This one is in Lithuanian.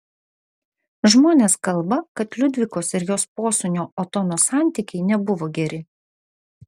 žmonės kalba kad liudvikos ir jos posūnio otono santykiai nebuvo geri